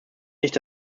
nicht